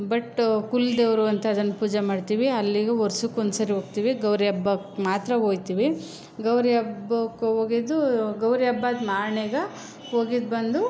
but ಕುಲದೇವ್ರು ಅಂತದನ್ನು ಪೂಜೆ ಮಾಡ್ತೀವಿ ಅಲ್ಲಿಗೂ ವರ್ಷಕ್ಕೊಂದ್ಸರಿ ಹೋಗ್ತೀವಿ ಗೌರಿ ಹಬ್ಬಕ್ಕೆ ಮಾತ್ರ ಹೋಗ್ತೀವಿ ಗೌರಿ ಹಬ್ಬಕ್ಕೆ ಹೋಗಿದ್ದು ಗೌರಿ ಹಬ್ಬದ ಮಾರ್ನೆಗೆ ಹೋಗಿದ್ದು ಬಂದು